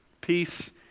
peace